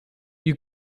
you